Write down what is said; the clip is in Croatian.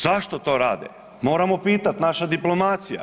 Zašto to rade moramo pitati naša diplomacija.